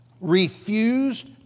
refused